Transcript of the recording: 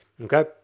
okay